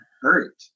hurt